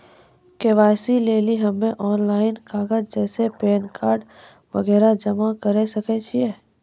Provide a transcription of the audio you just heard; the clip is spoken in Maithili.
के.वाई.सी लेली हम्मय ऑनलाइन कागज जैसे पैन कार्ड वगैरह जमा करें सके छियै?